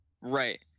Right